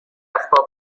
اسباب